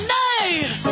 name